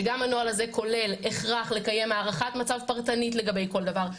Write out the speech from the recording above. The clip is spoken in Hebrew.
שגם הנוהל הזה כולל הכרח לקיים הערכת מצב פרטנית לגבי כל דבר,